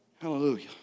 Hallelujah